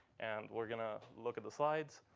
and we're going to look at the slides.